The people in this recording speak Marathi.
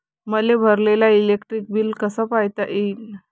मले भरलेल इलेक्ट्रिक बिल कस पायता येईन?